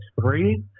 three